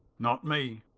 not me.